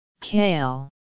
kale